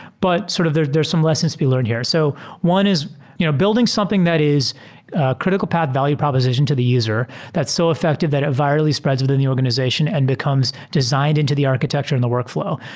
but sort of there's there's some lessons to be learned here. so one you know building something that is a critical path value proposition to the user. that's so effective that it virally spreads within the organization and becomes designed into the architecture in the workflow.